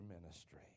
ministry